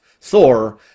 Thor